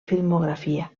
filmografia